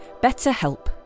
BetterHelp